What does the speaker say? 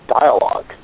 dialogue